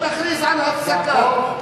אני מציעה הצבעה.